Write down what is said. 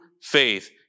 faith